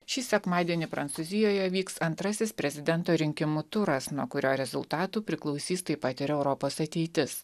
šį sekmadienį prancūzijoje vyks antrasis prezidento rinkimų turas nuo kurio rezultatų priklausys taip pat ir europos ateitis